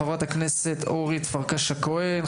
חברת הכנסת אורית פרקש הכוהן,